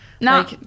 No